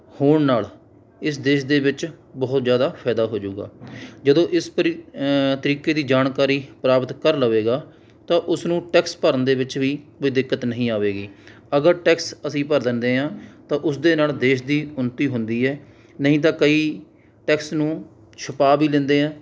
ਹੋਣ ਨਾਲ ਇਸ ਦੇਸ਼ ਦੇ ਵਿੱਚ ਬਹੁਤ ਜ਼ਿਆਦਾ ਫਾਇਦਾ ਹੋ ਜੂਗਾ ਜਦੋਂ ਇਸ ਪਰੀ ਤਰੀਕੇ ਦੀ ਜਾਣਕਾਰੀ ਪ੍ਰਾਪਤ ਕਰ ਲਵੇਗਾ ਤਾਂ ਉਸ ਨੂੰ ਟੈਕਸ ਭਰਨ ਦੇ ਵਿੱਚ ਵੀ ਕੋਈ ਦਿੱਕਤ ਨਹੀਂ ਆਵੇਗੀ ਅਗਰ ਟੈਕਸ ਅਸੀਂ ਭਰ ਦਿੰਦੇ ਹਾਂ ਤਾਂ ਉਸ ਦੇ ਨਾਲ ਦੇਸ਼ ਦੀ ਉੱਨਤੀ ਹੁੰਦੀ ਹੈ ਨਹੀਂ ਤਾਂ ਕਈ ਟੈਕਸ ਨੂੰ ਛੁਪਾ ਵੀ ਲੈਂਦੇ ਹੈ